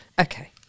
Okay